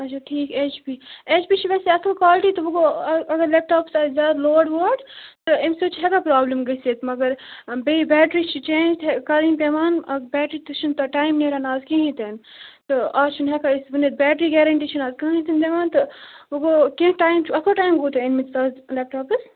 اچھا ٹھیٖک H P H P چھِ ویسے اَصٕل کالٹی تہٕ وۅں گوٚو اگر لیپ ٹاپَس آسہِ زیادٕ لوڈ ووڑ تہٕ اَمہِ سۭتۍ چھِ ہیٚکان پرٛابلِم گٔژھِتھ مگر بیٚیہِ بیٹری چھِ چینٛج کَرٕنۍ پیٚوان اَکھ بیٹری تہِ چھُنہٕ تَتھ ٹایم نیران آز کِہیٖنۍ تہِ نہٕ تہٕ آز چھُنہٕ ہیٚکان أسۍ ؤنِتھ بیٹری گیرَنٹی چھِنہٕ اَز کٕہٕنۍ تہِ نہٕ دِوان تہٕ وۅں گوٚو کیٚنٛہہ ٹایم چھُ اَصٕل ٹایم گوٚو تۄہہِ أنمٕتۍ آز لیپ ٹاپَس